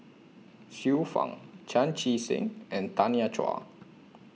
Xiu Fang Chan Chee Seng and Tanya Chua